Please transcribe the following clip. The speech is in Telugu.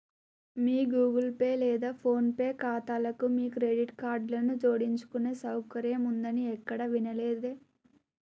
మీ గూగుల్ పే లేదా ఫోన్ పే ఖాతాలకు మీ క్రెడిట్ కార్డులను జోడించుకునే సౌకర్యం ఉందని ఎక్కడా వినలేదే